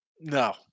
No